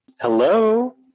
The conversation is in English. Hello